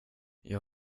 jag